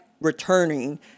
returning